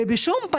גם זה חשוב.